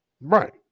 right